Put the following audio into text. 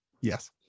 Yes